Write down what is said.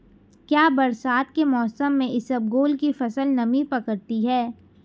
क्या बरसात के मौसम में इसबगोल की फसल नमी पकड़ती है?